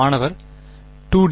மாணவர் 2 டி